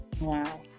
Wow